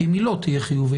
כי אם היא לא תהיה חיובית,